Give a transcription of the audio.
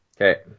okay